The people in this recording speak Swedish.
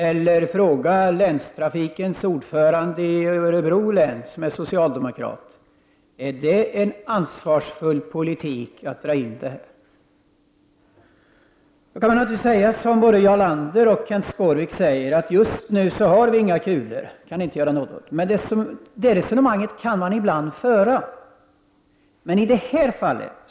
Eller fråga länstrafikens ordförande i Örebro län, som är socialdemokrat, om det är en ansvarsfull politik att dra in linjer! Man kan naturligtvis säga, som både Jarl Lander och Kenth Skårvik, att det just nu inte finns några pengar och att det inte går att göra någonting. Ja, det resonemanget går att föra ibland, men inte i detta fall.